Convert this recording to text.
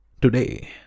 today